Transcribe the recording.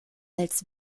als